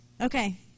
Okay